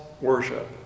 worship